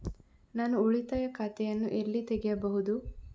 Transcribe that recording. ನಾನು ಉಳಿತಾಯ ಖಾತೆಯನ್ನು ಎಲ್ಲಿ ತೆಗೆಯಬಹುದು?